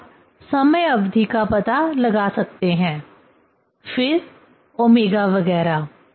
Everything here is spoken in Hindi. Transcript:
अब आप समय अवधि का पता लगा सकते हैं फिर ω वगैरह